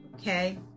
Okay